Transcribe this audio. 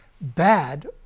bad